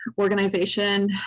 organization